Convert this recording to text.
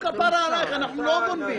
את מה שביקשנו לגבי הבקשה שלהם, דחינו בשנה.